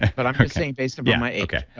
but i'm just saying based upon my age.